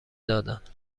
دادند